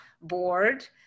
board